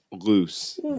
loose